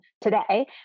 today